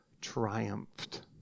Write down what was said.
triumphed